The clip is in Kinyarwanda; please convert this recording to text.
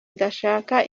idashaka